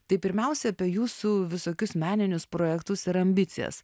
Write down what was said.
tai pirmiausia apie jūsų visokius meninius projektus ir ambicijas